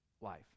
life